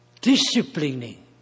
disciplining